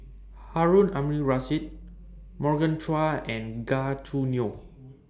Harun Aminurrashid Morgan Chua and Gan Choo Neo